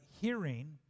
hearing